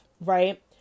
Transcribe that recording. right